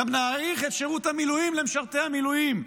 גם נאריך את שירות המילואים למשרתי המילואים.